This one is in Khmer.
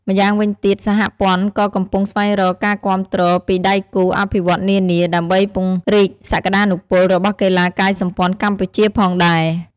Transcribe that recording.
ម្យ៉ាងវិញទៀត សហព័ន្ធក៏កំពុងស្វែករកការគាំទ្រពីដៃគូអភិវឌ្ឍន៍នានា ដើម្បីពង្រីកសក្តានុពលរបស់កីឡាកាយសម្ព័ន្ធកម្ពុជាផងដែរ។